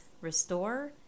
restore